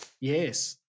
yes